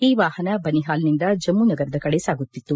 ಈ ವಾಹನ ಬನಿಹಾಲ್ನಿಂದ ಜಮ್ಮ ನಗರದ ಕಡೆ ಸಾಗುತ್ತಿತ್ತು